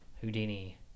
houdini